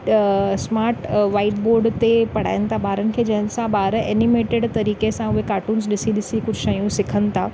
त smart white board ते पढ़ाइनि था ॿारनि खे जंहिंसां ॿार एनिमेटिड तरीक़े सां उहे कार्टुन्स ॾिसी ॾिसी कुझु शयूं सिखनि था